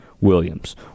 Williams